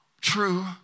true